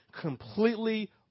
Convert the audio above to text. completely